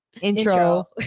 intro